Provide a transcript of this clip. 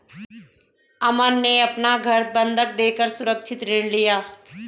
अमन ने अपना घर बंधक देकर सुरक्षित ऋण लिया